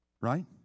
right